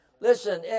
Listen